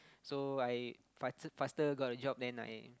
so I faster faster got a job then I